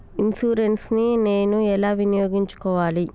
Insurance ని నేను ఎలా వినియోగించుకోవాలి?